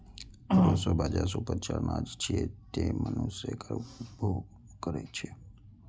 proso बाजारा सुपाच्य अनाज छियै, तें मनुष्य एकर उपभोग करै छै